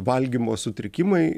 valgymo sutrikimai